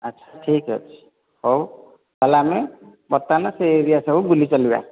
ଆଚ୍ଛା ଠିକ୍ ଅଛି ହଉ ତା'ହେଲେ ଆମେ ବର୍ତ୍ତମାନ ସେ ଏରିଆ ସବୁ ବୁଲି ଚାଲିବା